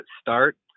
start